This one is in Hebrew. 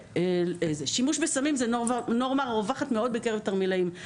שימוש בסמים היא נורמה רווחת מאוד בקרב תרמילאים.